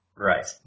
Right